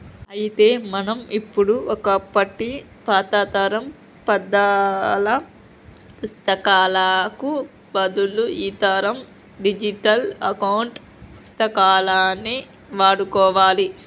అయితే మనం ఇప్పుడు ఒకప్పటి పాతతరం పద్దాల పుత్తకాలకు బదులు ఈతరం డిజిటల్ అకౌంట్ పుస్తకాన్ని వాడుకోవాలి